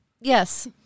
Yes